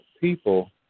people